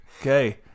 Okay